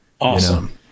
Awesome